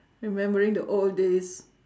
remembering the old days